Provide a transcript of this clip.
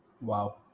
Wow